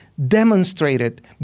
demonstrated